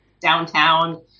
downtown